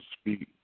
speak